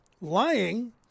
lying